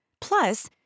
Plus